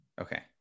okay